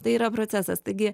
tai yra procesas taigi